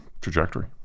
trajectory